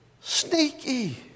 Sneaky